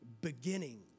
beginning